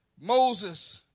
Moses